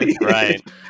Right